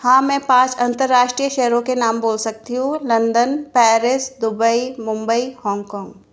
हाँ मैं पाँच अंतर्राष्ट्रीय शहरों के नाम बोल सकती हूँ London Paris Dubai Mumbai Hong Kong